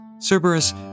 Cerberus